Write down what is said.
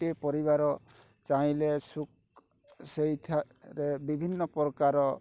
ଗୋଟିଏ ପରିବାର ଚାହିଁଲେ ସେଇଠାରେ ବିଭିନ୍ନ ପ୍ରକାର